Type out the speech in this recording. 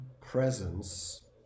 presence